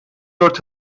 dört